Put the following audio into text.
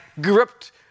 gripped